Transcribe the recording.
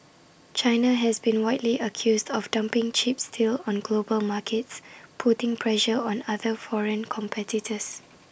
China has been widely accused of dumping cheap steel on global markets putting pressure on other foreign competitors